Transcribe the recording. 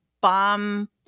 Bomb